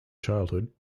childhood